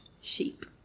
sheep